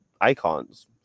icons